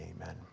amen